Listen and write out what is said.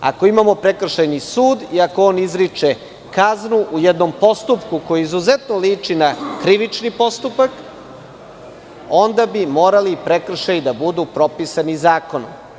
Ako imamo prekršajni sud i ako on izriče kaznu u jednompostupku koji izuzetno liči na krivični postupak, onda bi morali prekršaji da budu propisani zakonom.